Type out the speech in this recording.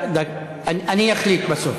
אני אחליט בסוף.